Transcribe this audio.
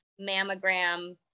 mammogram